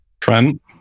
Trent